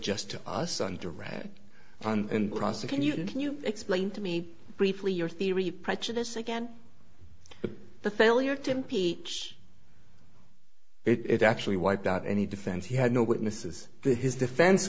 the can you can you explain to me briefly your theory prejudice again the failure to impeach it actually wiped out any defense he had no witnesses to his defense